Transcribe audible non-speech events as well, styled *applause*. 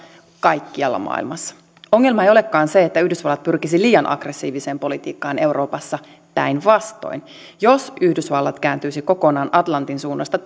kaikkialla maailmassa ongelma ei olekaan se että yhdysvallat pyrkisi liian aggressiiviseen politiikkaan euroopassa päinvastoin jos yhdysvallat kääntyisi kokonaan atlantin suunnasta *unintelligible*